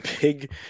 big